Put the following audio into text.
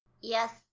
Yes